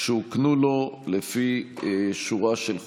שהוקנו לו לפי שורה של חוקים,